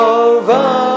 over